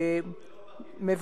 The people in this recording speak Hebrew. השר קובע מדיניות ולא פקיד,